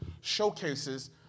showcases